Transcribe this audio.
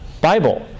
Bible